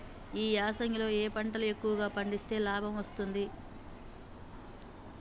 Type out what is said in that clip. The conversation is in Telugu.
ఈ యాసంగి లో ఏ పంటలు ఎక్కువగా పండిస్తే లాభం వస్తుంది?